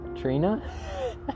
Trina